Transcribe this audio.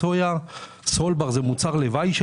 אצל סולבר זה מוצר לוואי,